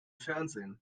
fernsehen